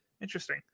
interesting